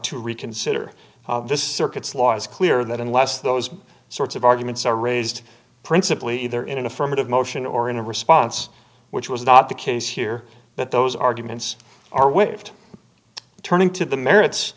to reconsider this circuit's law is clear that unless those sorts of arguments are raised principally either in an affirmative motion or in a response which was not the case here but those arguments are whipped turning to the merits